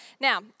Now